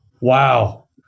Wow